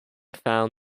found